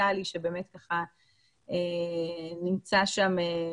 נפתלי שבאמת נמצא שם,